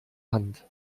hand